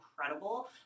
incredible